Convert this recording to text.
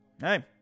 Hey